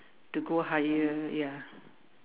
to go higher ya